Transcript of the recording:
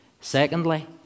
Secondly